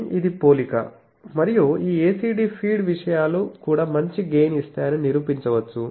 కానీ ఇది పోలిక మరియు ఈ ACD ఫీడ్ విషయాలు కూడా మంచి గెయిన్ ఇస్తాయని నిరూపించవచ్చు